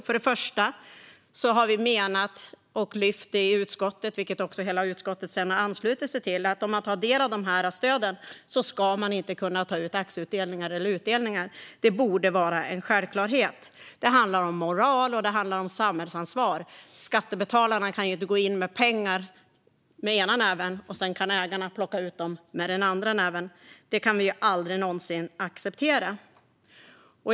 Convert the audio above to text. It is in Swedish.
För det första har vi menat och lyft fram i utskottet, vilket hela utskottet sedan har anslutit sig till, att när man tar del av stöden ska man inte kunna ta ut aktieutdelningar eller utdelningar. Det borde vara en självklarhet. Det handlar om moral och samhällsansvar. Skattebetalarna kan inte gå in med pengar med ena näven och sedan kan ägarna plocka ut dem med den andra näven. Det kan vi aldrig någonsin acceptera.